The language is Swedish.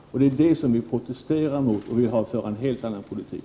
Det är det som vi protesterar mot, och vi vill föra en helt annan politik.